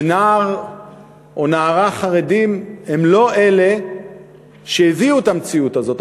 ונער או נערה חרדים לא הם שהביאו את המציאות הזאת,